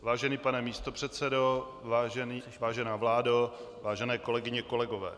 Vážený pane místopředsedo, vážená vládo, vážené kolegyně, kolegové.